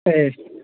ꯑꯦ ꯑꯦ